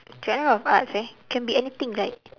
genre of arts eh can be anything right